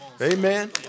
Amen